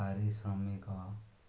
ପାରିଶ୍ରମିକ